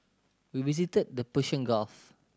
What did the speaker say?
we visited the Persian Gulf